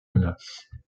menace